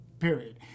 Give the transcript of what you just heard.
period